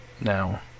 Now